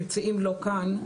המציעים לא כאן.